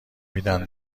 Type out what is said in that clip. میدن